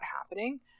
happening